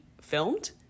filmed